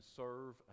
serve